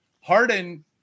Harden